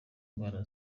indwara